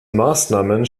maßnahmen